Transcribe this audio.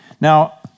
Now